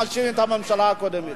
ומאשימים את הממשלה הקודמת.